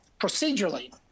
procedurally